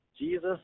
Jesus